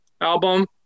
album